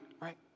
Right